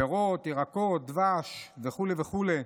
פירות, ירקות, דבש וכו' וכו',